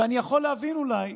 ואני יכול להבין אולי,